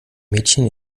mädchen